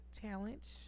Challenge